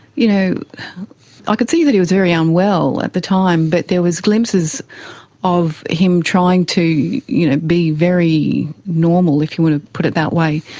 you know i could see that he was very unwell at the time, but there was glimpses of him trying to you know be very normal, if you want to put it that way,